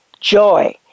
joy